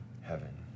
heaven